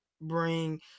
bring